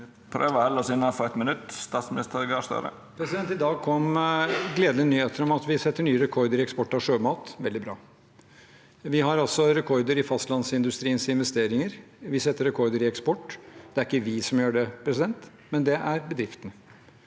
prøver å halda oss inn- anfor eitt minutt. Statsminister Jonas Gahr Støre I dag kom det gledelige nyheter om at vi setter nye rekorder i eksport av sjømat – det er veldig bra. Vi har altså rekorder i fastlandsindustriens investeringer. Vi setter rekorder i eksport. Det er ikke vi som gjør det, det er bedriftene.